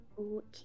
Okay